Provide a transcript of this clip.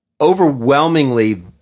overwhelmingly